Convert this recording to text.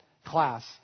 class